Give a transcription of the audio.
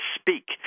speak